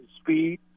speed